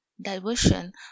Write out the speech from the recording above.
diversion